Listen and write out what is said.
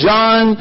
John